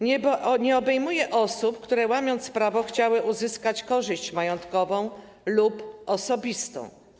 Nie obejmuje osób, które, łamiąc prawo, chciały uzyskać korzyść majątkową lub osobistą.